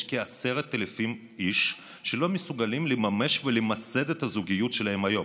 יש כ-10,000 איש שלא מסוגלים לממש ולמסד את הזוגיות שלהם היום.